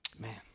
Man